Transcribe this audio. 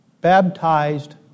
Baptized